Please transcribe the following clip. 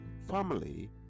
family